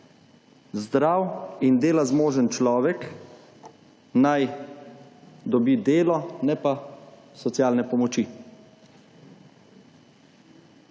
zdrav in dela zmožen človek naj dobi delo ne pa socialne pomoči.